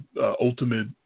ultimate